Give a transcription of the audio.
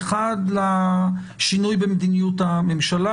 האחד, לשינוי במדיניות הממשלה.